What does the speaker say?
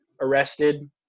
arrested